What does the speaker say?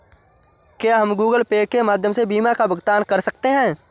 क्या हम Google Pay के माध्यम से बीमा का भुगतान कर सकते हैं?